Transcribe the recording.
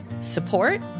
support